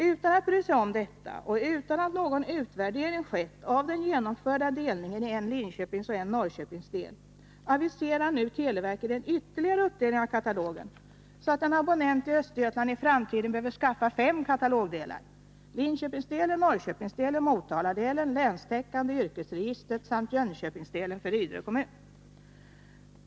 Utan att bry sig om detta och utan att någon utvärdering gjorts av den genomförda delningen i en Linköpingsoch en Norrköpingsdel, aviserar nu televerket en ytterligare uppdelning av katalogen så att en abonnent i Östergötland i framtiden behöver skaffa fem katalogdelar: Linköpingsdelen, Norrköpingsdelen, Motaladelen, det länstäckande yrkesregistret och Jönköpingsdelen för Ydre kommun.